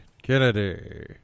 Kennedy